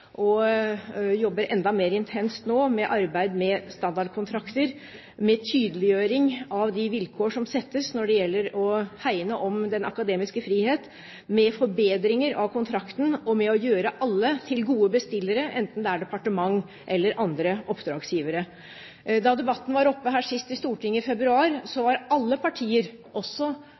og jobber enda mer intenst nå med arbeid med standardkontrakter, med tydeliggjøring av de vilkår som settes når det gjelder å hegne om den akademiske frihet, med forbedringer av kontrakten og med å gjøre alle til gode bestillere, enten det er departement eller andre oppdragsgivere. Da debatten var oppe sist i Stortinget, i februar, var alle partier, også